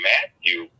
Matthew